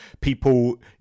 people